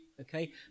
Okay